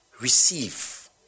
Receive